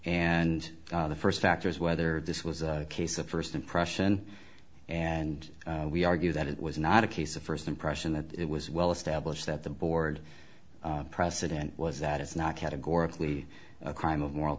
and the first factor is whether this was a case of first impression and we argue that it was not a case of first impression that it was well established that the board president was that is not categorically a crime of moral